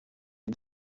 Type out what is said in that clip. est